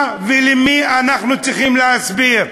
מה ולמי אנחנו צריכים להסביר?